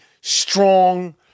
strong